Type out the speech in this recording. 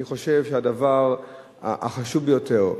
אני חושב שהדבר החשוב ביותר,